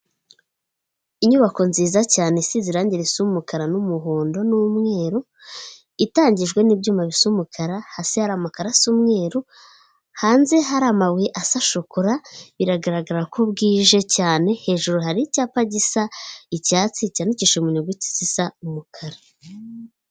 Inyubako nziza cyane si irangi risu umukara n'umuhondo n'umweru itangijwe n'ibyuma bisa umukara hasi hari amakaro asa umweru hanze hari amabuye asa shokura biragaragara ko bwije cyane hejuru hari icyapa gisa icyatsi cyandikishije mu nyuguti zisa n'umukara.